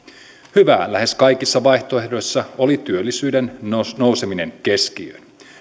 hyvää lähes kaikissa vaihtoehdoissa oli työllisyyden nouseminen keskiöön